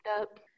up